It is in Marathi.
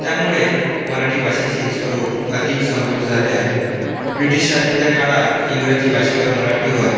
त्यामुळे मराठी भाषेची स्वरूप अधिक समृद्ध झाले आहे ब्रिटिश राज्याच्या काळात इंग्रजी भाषेवर मराठीवर